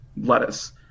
lettuce